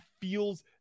feels